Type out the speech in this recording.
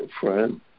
friend